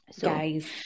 Guys